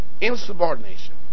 insubordination